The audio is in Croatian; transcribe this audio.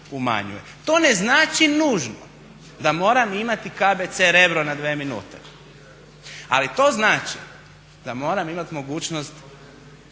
To ne znači nužno da ne moram imati KBC Rebro na 2 minute ali to znači da moram imati mogućnost